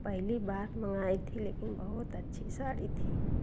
पहली बार मंगाई थी लेकिन बहुत अच्छी साड़ी थी